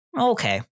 Okay